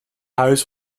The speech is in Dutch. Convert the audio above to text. huis